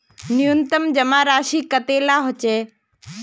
न्यूनतम जमा राशि कतेला होचे?